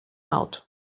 out